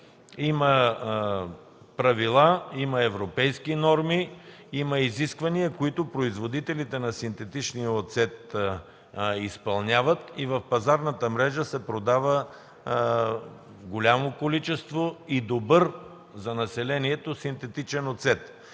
Има правила, има европейски норми, има изисквания, които производителите на синтетичния оцет изпълняват и в пазарната мрежа се продава голямо количество и добър за населението синтетичен оцет.